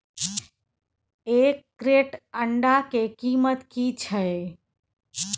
एक क्रेट अंडा के कीमत की छै?